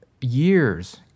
years